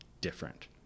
different